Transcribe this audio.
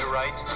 right